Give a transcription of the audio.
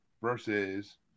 versus